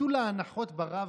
ביטול ההנחות ברב-קו,